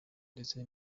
ndetse